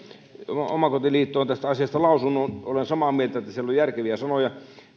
omakotiliitto on tästä asiasta lausunut olen samaa mieltä että siellä on järkeviä sanoja